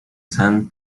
san